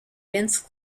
vince